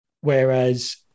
Whereas